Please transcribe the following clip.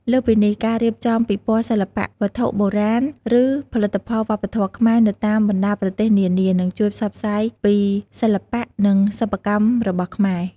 លើសពីនេះ ការរៀបចំពិព័រណ៍សិល្បៈ វត្ថុបុរាណ ឬផលិតផលវប្បធម៌ខ្មែរនៅតាមបណ្ដាប្រទេសនានា នឹងជួយផ្សព្វផ្សាយពីសិល្បៈ និងសិប្បកម្មរបស់ខ្មែរ។